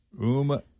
Uma